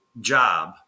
job